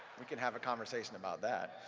we can have a conversation about that.